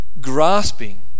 grasping